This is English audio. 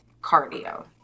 cardio